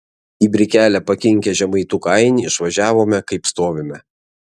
į brikelę pakinkę žemaituką ainį išvažiavome kaip stovime